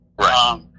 Right